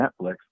netflix